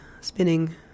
spinning